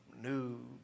new